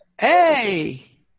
Hey